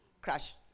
crash